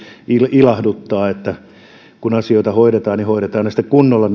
ilahduttaa että kun asioita hoidetaan niin hoidetaan ne sitten kunnolla